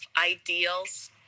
ideals